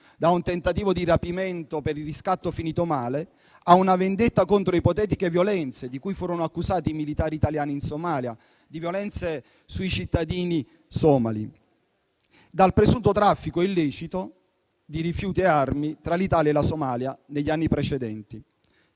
da un tentativo di rapimento per il riscatto finito male, a una vendetta contro ipotetiche violenze sui cittadini somali, di cui furono accusati i militari italiani in Somalia, o il presunto traffico illecito di rifiuti e armi tra l'Italia e la Somalia negli anni precedenti.